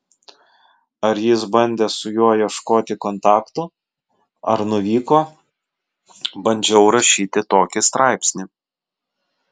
ar jis bandė su juo ieškoti kontaktų ar nuvyko bandžiau rašyti tokį straipsnį